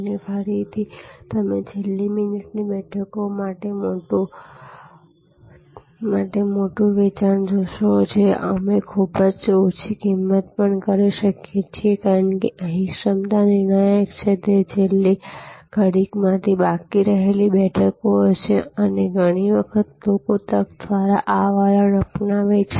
અને ફરીથી તમે છેલ્લી મિનિટની બેઠકો માટે મોડું વેચાણ જોશો જે અમે ખૂબ જ ઓછી કિંમતે પણ કરી શકીએ છીએ કારણ કે અહીં ક્ષમતા નિર્ણાયક છે તે છેલ્લી ઘડીમાંથી બાકી રહેલી બેઠકો હશે અને ઘણી વખત લોકો તક દ્વારા આ વલણ અપનાવે છે